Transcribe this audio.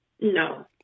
No